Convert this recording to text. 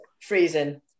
freezing